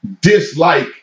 dislike